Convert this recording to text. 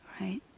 right